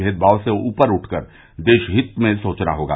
भेदभाव से ऊपर उठकर देशहित में सोचना होगा